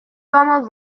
almost